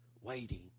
waiting